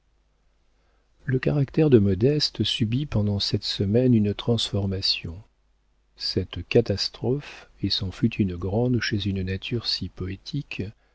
le caractère de modeste subit pendant cette semaine une transformation cette catastrophe et c'en fut une grande chez une nature si poétique